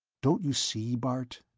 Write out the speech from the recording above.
don't you see, bart?